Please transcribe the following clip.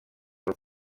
nka